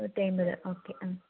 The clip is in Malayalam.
നൂറ്റി അയിമ്പത് ഓക്കെ ആ